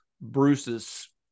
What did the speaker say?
bruce's